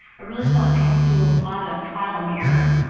really felt like i had to do a lot of trial and error